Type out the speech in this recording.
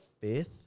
fifth